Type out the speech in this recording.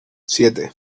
siete